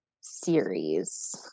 series